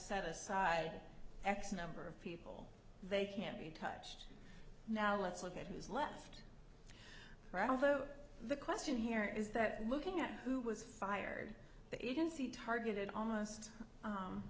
set aside x number of people they can't be touched now let's look at who's left right although the question here is that looking at who was fired the agency